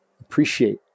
Appreciate